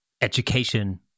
education